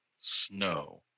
Snow